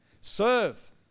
Serve